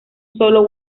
solo